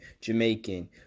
Jamaican